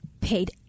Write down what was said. paid